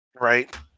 right